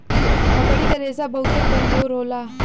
मकड़ी क रेशा बहुते कमजोर होला